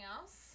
else